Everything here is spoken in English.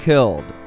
Killed